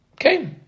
Okay